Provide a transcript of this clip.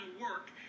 work